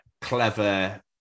clever